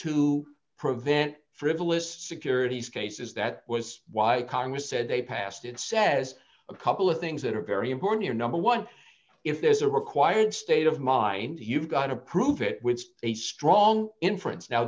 to prevent frivolous securities cases that was why congress said they passed it says a couple of things that are very important here number one if there's a required state of mind you've got to prove it with a strong inference now